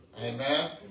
Amen